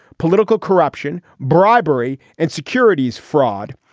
political corruption, bribery and securities fraud,